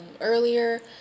earlier